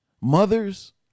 Mothers